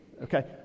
Okay